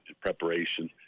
preparation